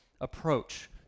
approach